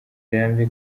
rirambye